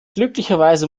glücklicherweise